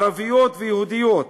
ערביות ויהודיות,